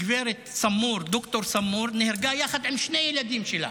גב' סמור, ד"ר סמור, נהרגה יחד עם שני הילדים שלה.